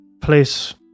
place